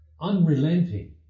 unrelenting